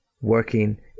working